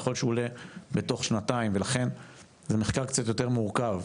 יכול להיות שהוא עולה בתוך שנתיים ולכן זה מחקר קצת יותר מורכב,